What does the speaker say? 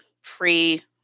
free